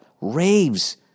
raves